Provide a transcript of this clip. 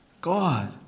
God